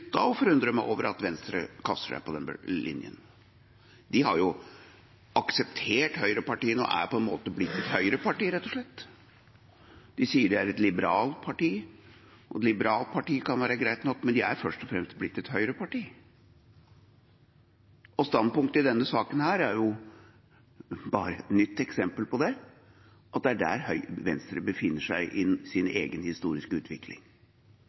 meg over at Venstre kaster seg på den linjen. De har jo akseptert høyrepartiene og er på en måte blitt et høyreparti, rett og slett. De sier de er et liberalt parti, og et liberalt parti kan være greit nok, men de er først og fremst blitt et høyreparti. Standpunktet i denne saken er bare et nytt eksempel på at det er der Venstre befinner seg i sin egen historiske utvikling.